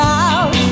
out